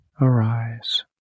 arise